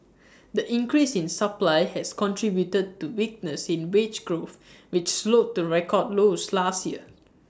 the increase in supply has contributed to weakness in wage growth which slowed to record lows last year